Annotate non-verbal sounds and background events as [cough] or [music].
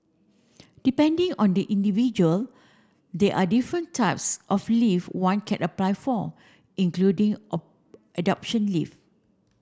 depending on the individual there are different types of leave one can apply for including [unintelligible] adoption leave